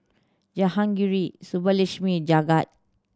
Jahangir Subbulakshmi Jagat